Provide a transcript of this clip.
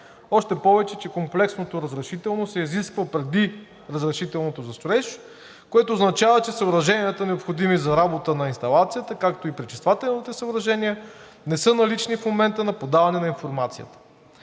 Още повече че комплексното разрешително се изисква преди разрешителното за строеж, което означава, че съоръженията, необходими за работа на инсталацията, както и пречиствателните съоръжения, не са налични в момента на подаване на информацията.